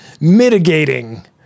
mitigating